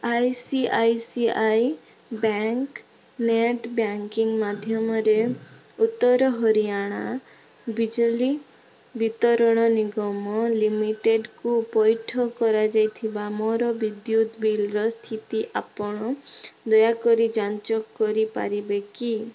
I C I C I bank net banking ମାଧ୍ୟମରେ ଉତ୍ତର ହରିୟାଣା ବିଜଲି ବିତରଣ ନିଗମ ଲିମିଟେଡ଼୍କୁ ପଇଠ କରାଯାଇଥିବା ମୋର ବିଦ୍ୟୁତ୍ ବିଲ୍ର ସ୍ଥିତି ଆପଣ ଦୟାକରି ଯାଞ୍ଚ କରିପାରିବେ କି